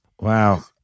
Wow